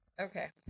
okay